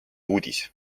uudis